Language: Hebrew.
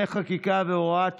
חברי הכנסת,